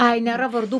ai nėra vardų